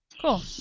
cool